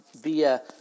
via